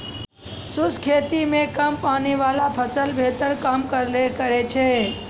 शुष्क खेती मे कम पानी वाला फसल बेहतर काम करै छै